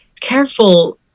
careful